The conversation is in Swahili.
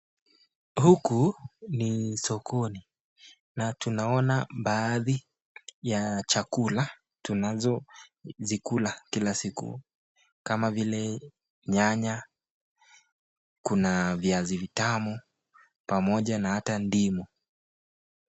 Huku ni sokoni na tunaona baadhi ya chakula tunazozikula kila siku, kama vile nyanya, kuna viazi vitamu pamoja na hata ndimu.